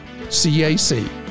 CAC